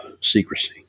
secrecy